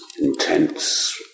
intense